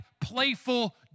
playful